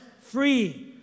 free